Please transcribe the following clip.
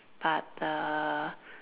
but the